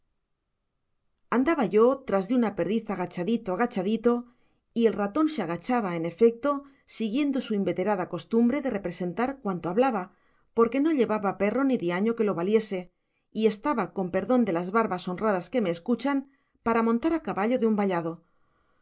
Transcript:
andaba yo tras de una perdiz agachadito agachadito y el ratón se agachaba en efecto siguiendo su inveterada costumbre de representar cuanto hablaba porque no llevaba perro ni diaño que lo valiese y estaba con perdón de las barbas honradas que me escuchan para montar a caballo de un vallado